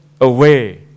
away